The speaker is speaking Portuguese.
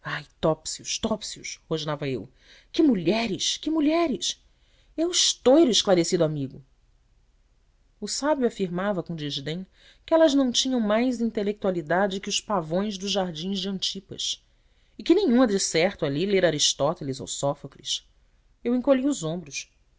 ai topsius topsius rosnava eu que mulheres que mulheres eu estouro esclarecido amigo o sábio afirmava com desdém que elas não tinham mais intelectualidade que os pavões dos jardins de antipas e que nenhuma decerto ali lera aristóteles ou sófocles eu encolhia os ombros